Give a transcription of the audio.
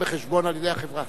גם בחשבון על-ידי החברה.